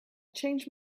changed